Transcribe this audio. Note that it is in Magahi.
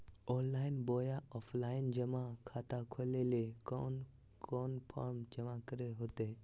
ऑनलाइन बोया ऑफलाइन जमा खाता खोले ले कोन कोन फॉर्म जमा करे होते?